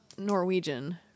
Norwegian